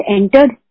entered